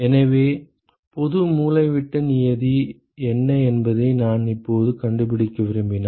எனவே பொது மூலைவிட்ட நியதி என்ன என்பதை நான் இப்போது கண்டுபிடிக்க விரும்பினால்